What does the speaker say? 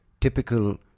typical